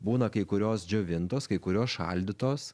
būna kai kurios džiovintos kai kurios šaldytos